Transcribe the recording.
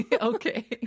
Okay